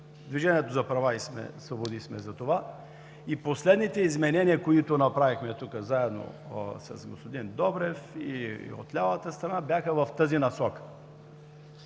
Движението за права и свободи сме за това. Последните изменения, които направихме тук заедно с господин Добрев и от лявата страна, бяха в тази насока.